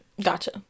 Gotcha